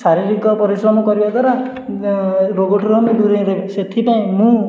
ଶାରୀରିକ ପରିଶ୍ରମ କରିବା ଦ୍ୱାରା ରୋଗଠାରୁ ଆମେ ଦୂରେଇ ରହିବୁ ସେଥିପାଇଁ ମୁଁ